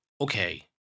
okay